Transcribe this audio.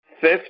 Fifth